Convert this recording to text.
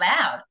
loud